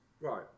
Right